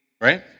Right